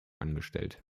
angestellt